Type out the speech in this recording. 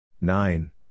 Nine